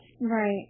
Right